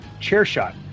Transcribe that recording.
CHAIRSHOT